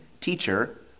Teacher